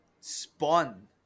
Spawn